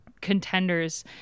contenders